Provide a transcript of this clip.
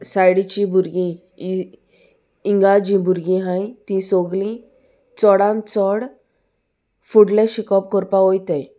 सायडीचीं भुरगीं इंगा जीं भुरगीं आसाय तीं सोगलीं चोडान चोड फुडलें शिकोवप कोरपा ओयताय